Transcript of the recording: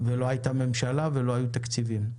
לא הייתה הממשלה ולא היו תקציבים.